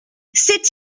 c’est